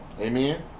Amen